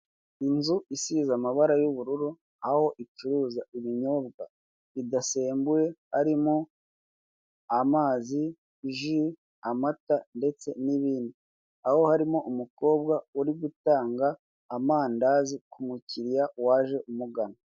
Inzu isize amabara y'ubururu, aho icuruza ibinyobwa bidasembuye, harimo; amazi, ji, amata, ndetse n'ibindi. Aho harimo umukobwa uri gutanda amandazi ku mukiriya waje umugana.